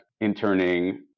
interning